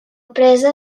presa